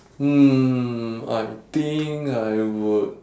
hmm I think I would